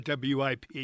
WIP